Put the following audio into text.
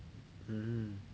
mmhmm